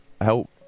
help